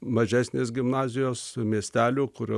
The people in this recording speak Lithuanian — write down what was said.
mažesnės gimnazijos miestelių kur